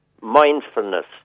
mindfulness